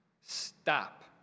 Stop